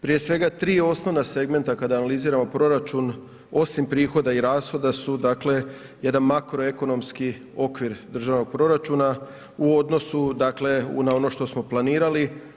Prije svega osnovna tri segmenta kada analiziramo proračun osim prihoda i rashoda su jedan makroekonomski okvir državnog proračuna u odnosu na ono što smo planirali.